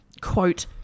quote